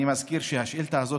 אני מזכיר שהשאילתה הזאת,